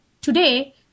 today